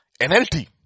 NLT